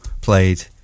played